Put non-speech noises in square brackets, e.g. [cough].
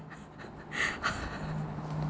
[laughs]